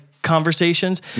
Conversations